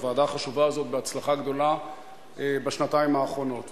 אני היום מנהל בפעם האחרונה את ישיבות הכנסת כסגן היושב-ראש.